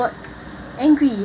angry